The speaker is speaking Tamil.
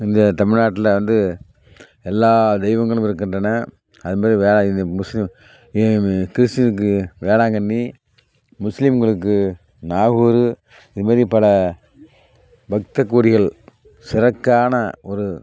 இந்த தமிழ்நாட்டில் வந்து எல்லா தெய்வங்களும் இருக்கின்றன அதுமாரி வேறு இது முஸ்லீம் ஈமு கிறிஸ்ட்டினுக்கு வேளாங்கண்ணி முஸ்லீம்களுக்கு நாகூர் இதுமாதிரி பல பக்தக்கோடிகள் செருக்கான ஒரு